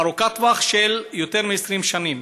ארוכת טווח, יותר מ-20 שנים.